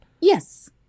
Yes